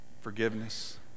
Forgiveness